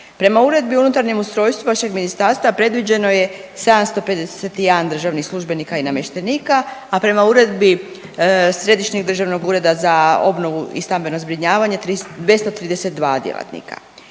Prema Uredbi o unutarnjem ustrojstvu vašeg ministarstva predviđeno je 751 državnih službenika i namještenika, a prema Uredbi Središnjeg državnog ureda za obnovu i stambeno zbrinjavanje 232 djelatnika.